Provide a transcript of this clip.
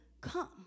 come